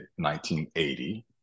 1980